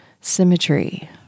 symmetry